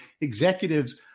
executives